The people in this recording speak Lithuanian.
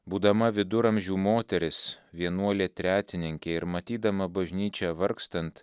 būdama viduramžių moteris vienuolė tretininkė ir matydama bažnyčią vargstant